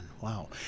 wow